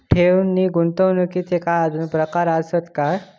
ठेव नी गुंतवणूकचे काय आजुन प्रकार आसत काय?